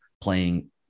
playing